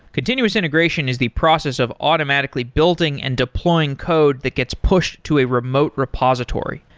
continuous integration is the process of automatically building and deploying code that gets pushed to a remote repository.